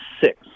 six